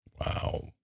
Wow